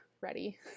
ready